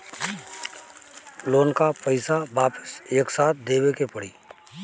Loan का पईसा वापिस एक साथ देबेके पड़ी?